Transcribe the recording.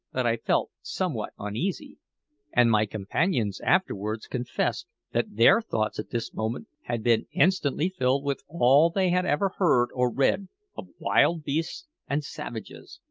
that i felt somewhat uneasy and my companions afterwards confessed that their thoughts at this moment had been instantly filled with all they had ever heard or read of wild beasts and savages,